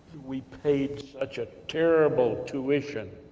we paid such a terrible tuition,